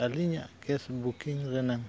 ᱟᱹᱞᱤᱧᱟᱜ gas booking ᱨᱮᱱᱟᱜ